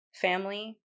family